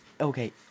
okay